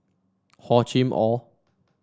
Hor Chim Or